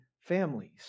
families